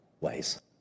ways